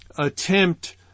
attempt